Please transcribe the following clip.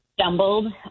stumbled